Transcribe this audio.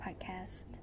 podcast